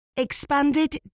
expanded